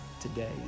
today